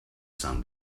sun